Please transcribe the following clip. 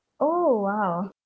oh !wow!